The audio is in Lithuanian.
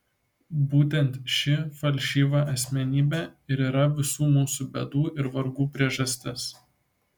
būtent ši falšyva asmenybė ir yra visų mūsų bėdų ir vargų priežastis